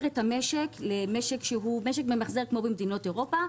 את המשק למשק ממחזר כמו במדינות אירופה,